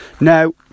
Now